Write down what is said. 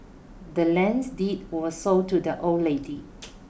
the land's deed was sold to the old lady